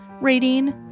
Rating